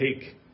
take